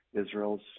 Israel's